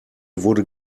wurde